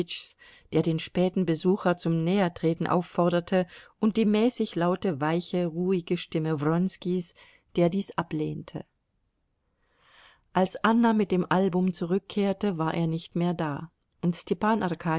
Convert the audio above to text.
der den späten besucher zum nähertreten aufforderte und die mäßig laute weiche ruhige stimme wronskis der dies ablehnte als anna mit dem album zurückkehrte war er nicht mehr da und